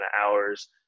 hours